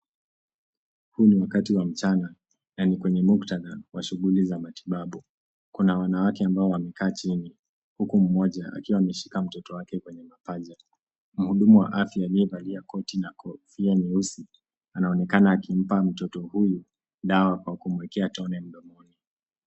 Huu ni wakati wa mchana na ni kwenye muktadha wa shughuli za matibabu. Kuna wanawake ambao wamekaa chini huku mmoja akiwa ameshika mtoto wake kwenye mapaja. Mhudumu wa afya aliyevalia koti na kofia nyeusi anaonekana akimpa mtoto huyu dawa kwa kumwekea tone mdomoni.